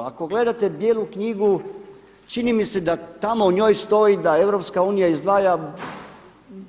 Ako gledate Bijelu knjigu čini mi se da tamo u njoj stoji da EU izdvaja